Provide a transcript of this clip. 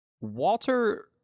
Walter